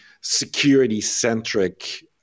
security-centric